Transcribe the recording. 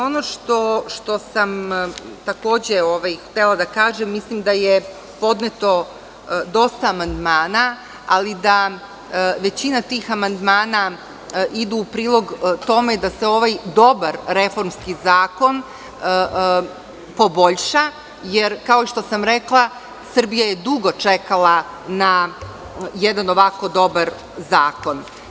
Ono što sam takođe htela da kažem, mislim da je podneto dosta amandmana, ali da većina tih amandmana idu u prilog tome da se ovaj dobar reformski zakon poboljša, jer kao što sam rekla Srbija je dugo čekala na jedan ovako dobar zakon.